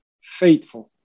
Faithful